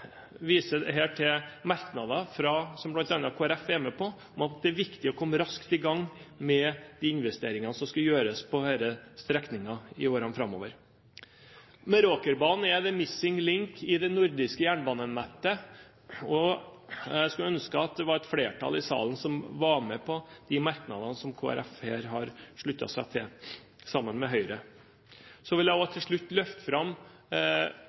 med på om at det er viktig å komme raskt i gang med de investeringene som skal gjøres på denne strekningen i årene framover. Meråkerbanen er «the missing link» i det nordiske jernbanenettet. Jeg skulle ønske det var et flertall i salen som var med på de merknadene som Kristelig Folkeparti her har sluttet seg til sammen med Høyre. Så vil jeg til slutt løfte fram